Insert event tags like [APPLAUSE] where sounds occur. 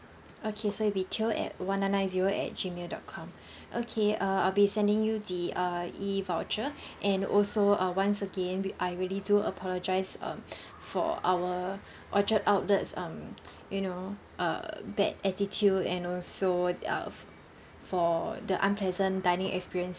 okay so it'll be at one nine nine zero at gmail dot com [BREATH] okay uh I'll be sending you the uh e voucher and also uh once again we I really do apologise um [BREATH] for our orchard outlets um you know uh bad attitude and also uh f~ for the unpleasant dining experience